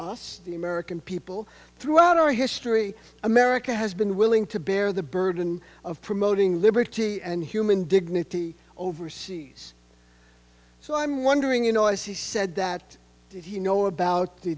us the american people throughout our history america has been willing to bear the burden of promoting liberty and human dignity overseas so i'm wondering you know as he said that did he know about the